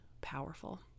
powerful